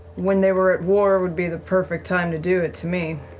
when they were at war would be the perfect time to do it, to me.